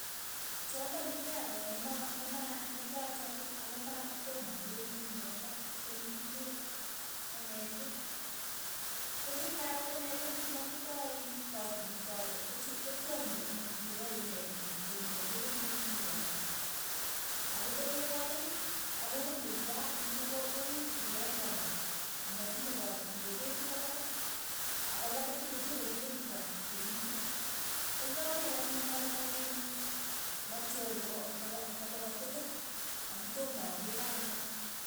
Tyondo ne kyaroo ne- ma- ne- ma- nekiachol akoma toma akeere ne unotok ko ne kikuure keneriet, ko ki ng'aro keneriet ni komatindai iin katuut ale ko chii ko tiony ne- ne- neyae nee nitoma akere nemotinyei katuut, akotepee koiik, ako uu muurya, ng'ile ko kouu kipleng'wa kora, amatinye katuut ng'o kerin kolapat. akolapat ipko nyokokerin kora, koitin, ko kyakeer anyun ale ma iin ma tyony nepo nepo nepo kotukul amu toma akeere anee.